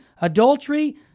adultery